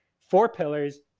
four pillars.